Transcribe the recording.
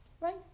right